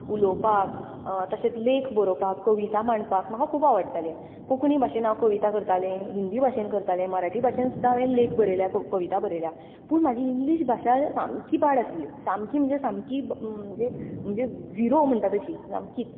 उलोवपाक तशेंच लेख बरोवपाक कविता म्हणपाक म्हाका खूब आवडटालें कोंकणी भाशेंत हांव कविता करतालें हिंदी भाशेंत करतालें मराठी भाशेन सुद्दा हांवें लेख बरयल्या कविता बरयल्या पूण म्हाजी इंग्लीश भाशा सामकी पाड आसली सामकी म्हणजे सामकी म्हणजे म्हणजे झिरो म्हणटा तशी सामकीच